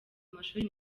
mashuri